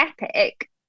epic